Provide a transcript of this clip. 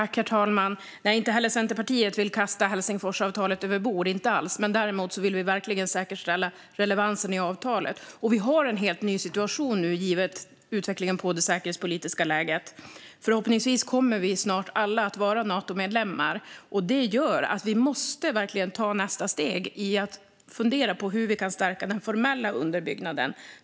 Herr talman! Nej, inte heller Centerpartiet vill kasta Helsingforsavtalet över bord. Däremot vill vi verkligen säkerställa relevansen i avtalet. Vi har nu en helt ny situation, givet utvecklingen av det säkerhetspolitiska läget. Förhoppningsvis kommer vi snart alla att vara Natomedlemmar, och det gör att vi verkligen måste ta nästa steg i att fundera på hur vi kan stärka den formella underbyggnaden.